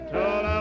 Told